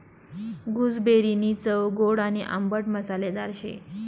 गूसबेरीनी चव गोड आणि आंबट मसालेदार शे